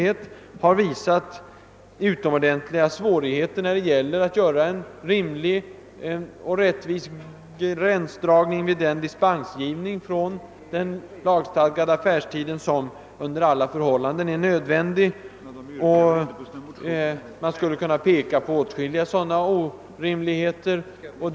Det har varit utomordentliga svårigheter beträffande gränsdragningen vid den dispensgivning från den lagstadgade affärstiden, som under alla förhållanden är nödvändig. Man skulle kunna peka på åtskilliga orimligheter härvidlag.